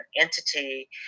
entity